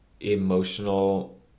emotional